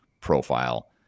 profile